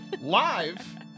live